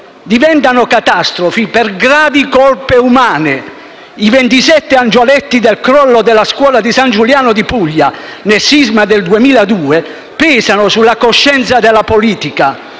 Diventano catastrofi per gravi colpe umane. I 27 angioletti del crollo della scuola di San Giuliano di Puglia nel sisma del 2002 pesano sulla coscienza della politica.